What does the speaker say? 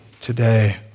today